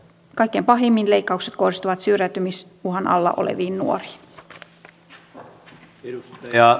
kaikkein pahimmin leikkaukset kohdistuvat syrjäytymisuhan alla oleviin nuoriin